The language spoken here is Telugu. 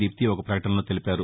దీప్తి ఒక ప్రకటనలో తెలిపారు